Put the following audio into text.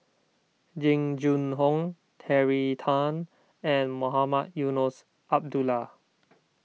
Jing Jun Hong Terry Tan and Mohamed Eunos Abdullah